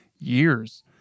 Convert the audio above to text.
years